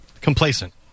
complacent